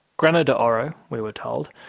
grano de oro, we were told,